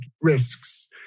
risks